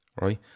right